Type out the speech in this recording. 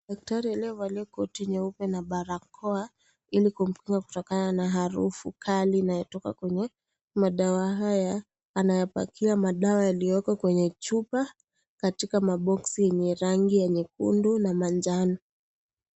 Daktari aliyevalia koti nyeupe na barakoa ili kumzuia kutokana na harufu kali inayotokea kwenye madwa haya. Anayapakia madawa yaliyoko kwenye chupa katika maboksi yenye rangi ya nyekundu na manjano.